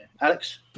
Alex